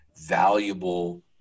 valuable